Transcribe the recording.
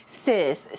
sis